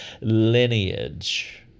lineage